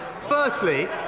Firstly